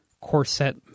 corset